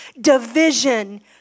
division